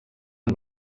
amb